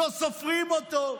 לא סופרים אותו.